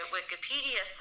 Wikipedia